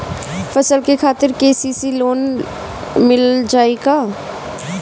फसल खातिर के.सी.सी लोना मील जाई किना?